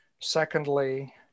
Secondly